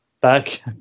back